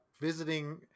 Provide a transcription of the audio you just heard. visiting